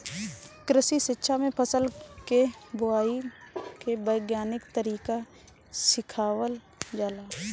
कृषि शिक्षा में फसल के बोआई के वैज्ञानिक तरीका सिखावल जाला